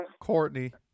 Courtney